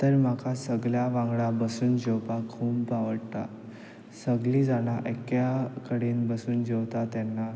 तर म्हाका सगल्यां वांगडा बसून जेवपाक खूब आवडटा सगलीं जाणां एक्या कडेन बसून जेवतात तेन्ना